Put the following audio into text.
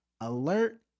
Alert